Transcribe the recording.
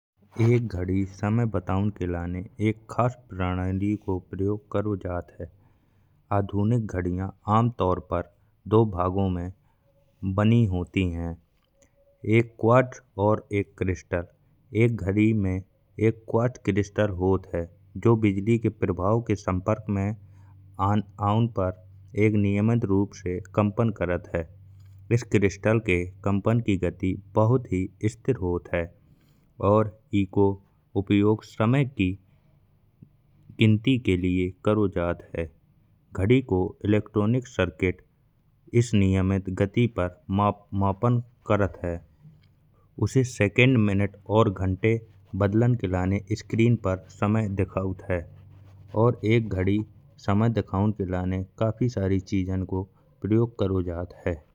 एक घड़ी समय बतौन के लाने एक खास प्रणाली को प्रयोग करो जात है। आधुनिक घड़िया आम तौर पर दो भागों में बनी होती है। एक क्वार्ट्ज और एक क्रिस्टल। एक घड़ी में एक क्वार्ट्ज क्रिस्टल होत है। जो बिजली के प्रभाव के संपर्क में आँ पर एक नियमित रूप से कंपन करत है। इस क्रिस्टल के कंपुन की गति बहुत ही स्थिर होत है और इको उपयोग समय की गिनती के लिए करो जात है। घड़ी को इलेक्ट्रॉनिक सर्किट इस नियमित गति पर मापन करत है और से सेकंड मिनट्स और घंटे बदलन के लाने स्क्रीन पर समय दिखौत है। और एक घड़ी दिखौन के लाने काफी सारे चीजों को प्रयोग करो जात है।